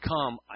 come